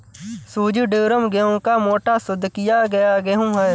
सूजी ड्यूरम गेहूं का मोटा, शुद्ध किया हुआ गेहूं है